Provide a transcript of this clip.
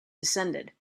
descended